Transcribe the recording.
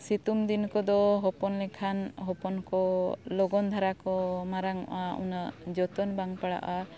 ᱥᱤᱛᱩᱝ ᱫᱤᱱ ᱠᱚᱫᱚ ᱦᱚᱯᱚᱱ ᱞᱮᱱᱠᱷᱟᱱ ᱦᱚᱯᱚᱱ ᱠᱚ ᱞᱚᱜᱚᱱ ᱫᱷᱟᱨᱟ ᱠᱚ ᱢᱟᱨᱟᱝᱚᱜᱼᱟ ᱩᱱᱟᱹᱜ ᱡᱚᱛᱚᱱ ᱵᱟᱝ ᱯᱟᱲᱟᱜᱼᱟ